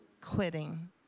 Quitting